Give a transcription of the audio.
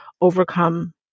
overcome